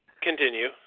continue